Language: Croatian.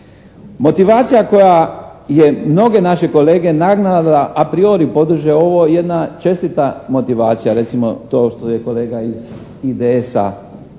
Motivacija koja je mnoge naše kolege nagnala da a priori podrže ovo jedna čestita motivacija. Recimo, to što je kolega iz IDS-a